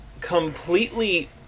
completely